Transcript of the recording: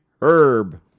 Herb